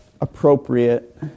appropriate